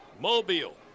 Mobile